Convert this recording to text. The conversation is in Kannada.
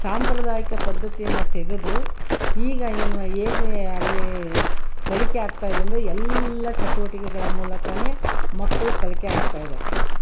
ಸಾಂಪ್ರದಾಯಿಕ ಪದ್ಧತಿಯನ್ನು ತೆಗದು ಈಗ ಏನು ಹೇಗೆ ಅಲ್ಲಿ ಕಲಿಕೆ ಆಗ್ತಾಯಿದೆ ಅಂದೆ ಎಲ್ಲ ಚಟುವಟಿಕೆಗಳ ಮೂಲಕವೇ ಮಕ್ಳು ಕಲಿಕೆ ಆಗ್ತಾಯಿದೆ